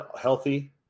healthy